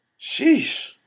Sheesh